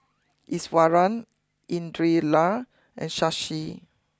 Iswaran Indira La and Shashi